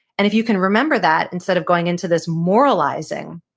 and if you can remember that instead of going into this moralizing,